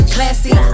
Classy